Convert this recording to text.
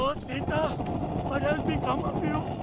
oh sita, what has become of you?